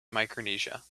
micronesia